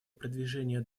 продвижения